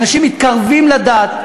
אנשים מתקרבים לדת,